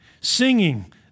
singing